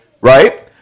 right